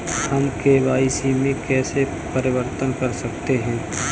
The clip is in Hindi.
हम के.वाई.सी में कैसे परिवर्तन कर सकते हैं?